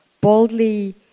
boldly